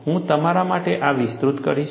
હું તમારા માટે આ વિસ્તૃત કરીશ